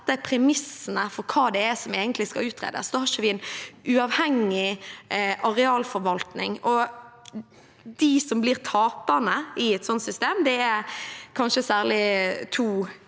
får sette premissene for hva det er som skal utredes. Da har vi ikke en uavhengig arealforvaltning. De som blir taperne i et slikt system, er kanskje særlig to